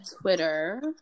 Twitter